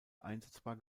einsetzbar